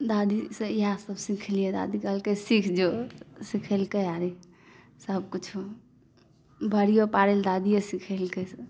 दादीसँ ईहै सभ सिखलियै दादी कहलकै सीख जो सीखैलकै सभ किछु बरीयो पारै लए दादीए सीखैलकै